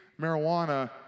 marijuana